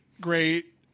great